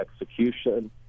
execution